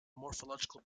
morphological